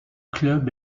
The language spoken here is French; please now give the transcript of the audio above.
club